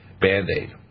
Band-Aid